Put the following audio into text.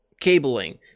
cabling